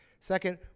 Second